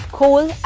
coal